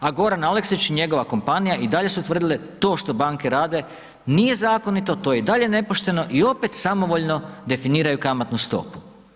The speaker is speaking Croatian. a Goran Aleksić i njegova kompanija i dalje su tvrdile to što banke rade nije zakonito to je i dalje nepošteno i opet samovoljno definiraju kamatnu stopu.